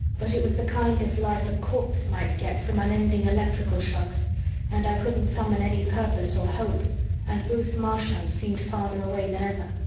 but it was the kind of life a corpse might get from unending electrical shocks and i couldn't summon any purpose or hope and bruce marchant seemed farther away than ever.